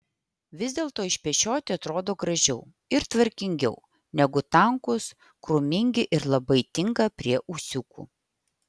vis dėlto išpešioti atrodo gražiau ir tvarkingiau negu tankūs krūmingi ir labai tinka prie ūsiukų